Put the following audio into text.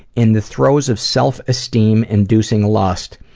in the throes of self-esteem inducing lust,